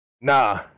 Nah